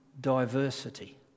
diversity